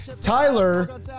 Tyler